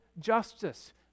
justice